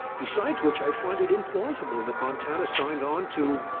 besides which i find it implausible that montana signed on to,